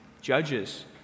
Judges